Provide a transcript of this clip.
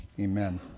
Amen